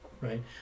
right